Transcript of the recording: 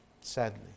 Sadly